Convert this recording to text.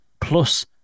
plus